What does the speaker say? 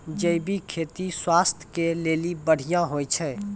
जैविक खेती स्वास्थ्य के लेली बढ़िया होय छै